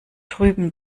drüben